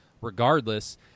regardless